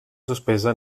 suspesa